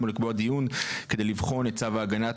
או לקבוע דיון כדי לבחון את צו ההגנה,